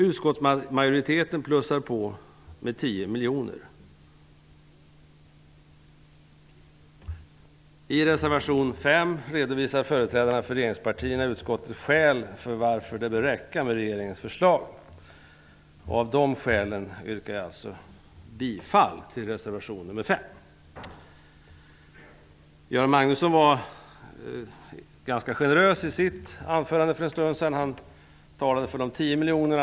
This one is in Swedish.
Utskottsmajoriteten plussar på med 10 I reservation 5 redovisar företrädarna för regeringspartierna i utskottet skäl för att det bör räcka med regeringens förslag. Av de skälen yrkar jag bifall till reservation nr 5. Göran Magnusson var i sitt anförande för en stund sedan ganska generös. Han talade för de 10 miljonerna.